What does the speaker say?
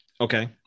Okay